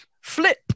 Flip